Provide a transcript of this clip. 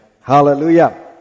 Hallelujah